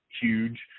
huge